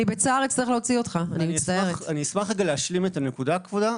אני אשמח להשלים את הנקודה.